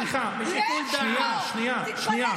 לא משנה מי.